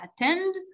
attend